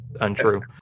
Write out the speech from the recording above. untrue